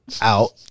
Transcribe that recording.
Out